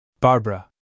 Barbara